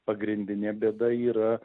pagrindinė bėda yra